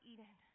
Eden